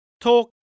talk